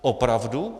Opravdu?